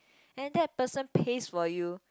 and that person pays for you